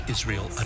Israel